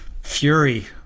fury